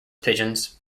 pigeons